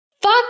Fuck